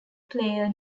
player